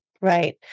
Right